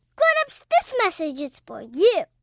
grown-ups, this message is for you